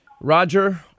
Roger